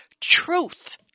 truth